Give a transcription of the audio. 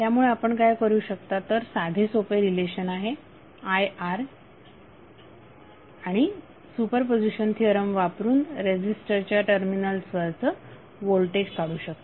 त्यामुळे आपण काय करू शकता तर साधे सोपे रिलेशन आहे Ir आणि सुपरपोझिशन थिअरम वापरून रेझीस्टरच्या टर्मिनल्स वरील व्होल्टेज काढू शकता